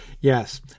yes